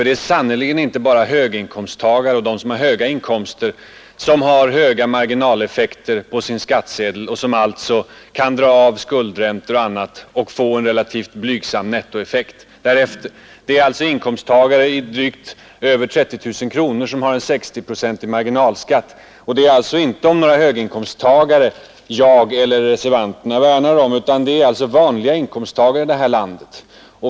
Det är sannerligen inte bara de som har höga inkomster som har höga marginaleffekter på sin skattsedel och som alltså efter avdrag av skuldräntor och annat kan få en relativt blygsam nettoeffekt. Det gäller inkomsttagare med drygt 30 000 kronors inkomst som har en 60-procentig marginalskatt. Det är alltså inte några höginkomsttagare jag eller reservanterna värnar om. Det är vanliga inkomsttagare i det här landet.